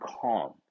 calm